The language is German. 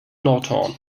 nordhorn